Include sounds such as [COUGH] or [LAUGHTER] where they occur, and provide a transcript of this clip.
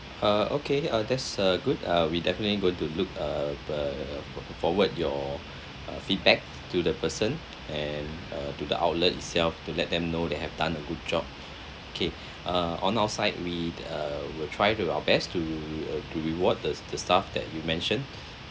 uh okay uh that's uh good uh we definitely going to look uh the forward your uh feedback to the person and uh to the outlet itself to let them know they have done a good job okay [BREATH] uh on our side we uh will try to our best to uh to reward the the staff that you mentioned [BREATH]